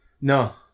No